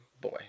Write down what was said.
Boy